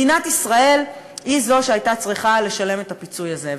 מדינת ישראל היא זו שהייתה צריכה לשלם את הפיצוי הזה.